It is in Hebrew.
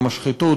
במשחטות,